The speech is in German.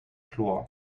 chlor